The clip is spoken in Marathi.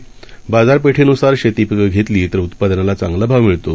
गहू बाजारपेठेनुसारशेतीपिकंघेतलीतरउत्पादनालाचांगलाभावमिळतो